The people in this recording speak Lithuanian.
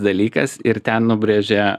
dalykas ir ten nubrėžė